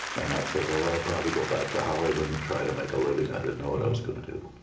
and i said, well i'll probably go back to hollywood and try to make a living. i didn't know what i was going to do.